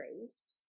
raised